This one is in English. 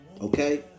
Okay